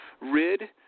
Rid